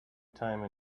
time